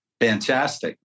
Fantastic